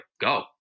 go